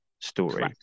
story